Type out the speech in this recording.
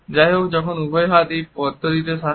যাইহোক যখন উভয় হাত এই পদ্ধতিতে থাকে